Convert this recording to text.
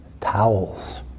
towels